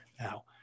now